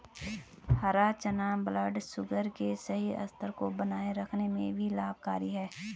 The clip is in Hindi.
हरा चना ब्लडशुगर के सही स्तर को बनाए रखने में भी लाभकारी है